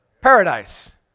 paradise